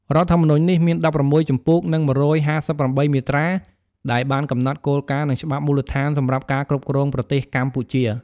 រដ្ឋធម្មនុញ្ញនេះ មាន១៦ជំពូក និង១៥៨មាត្រា ដែលបានកំណត់គោលការណ៍ និងច្បាប់មូលដ្ឋានសម្រាប់ការគ្រប់គ្រងប្រទេសកម្ពុជា។